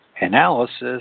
analysis